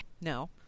No